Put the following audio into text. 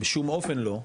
בשום אופן לא,